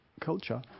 culture